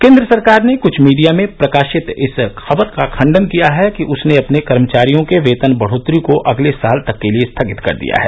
केंद्र सरकार ने कुछ मीडिया में प्रकाशित इस खबर का खंडन किया है कि उसने अपने कर्मचारियों के वेतन बढ़ोतरी को अगले साल तक के लिए स्थगित कर दिया है